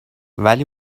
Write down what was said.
ولی